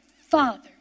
Father